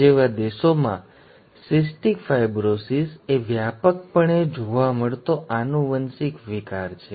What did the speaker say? જેવા અન્ય દેશોમાં સિસ્ટિક ફાઇબ્રોસિસ એ વ્યાપકપણે જોવા મળતો આનુવંશિક વિકાર છે